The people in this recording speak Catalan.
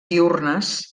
diürnes